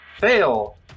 fail